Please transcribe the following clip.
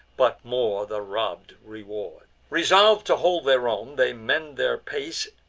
but more the robb'd reward resolv'd to hold their own, they mend their pace,